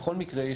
בכל מקרה,